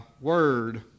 word